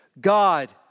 God